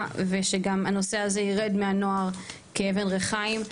וגם שהנושא הזה ירד מהנוער כאבן ריחיים.